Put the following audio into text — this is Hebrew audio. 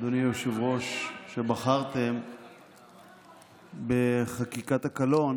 אדוני היושב-ראש, שבחרתם בחקיקת הקלון